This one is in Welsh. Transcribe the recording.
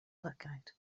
lygaid